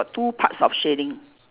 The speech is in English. got two parts of shading